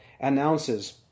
announces